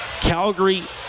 Calgary